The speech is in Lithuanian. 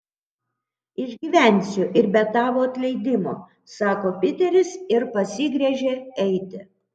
išgyvensiu ir be tavo atleidimo sako piteris ir pasigręžia eiti